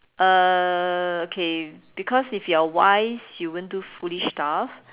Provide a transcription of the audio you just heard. uh okay because if you are wise you won't do foolish stuff